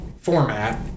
format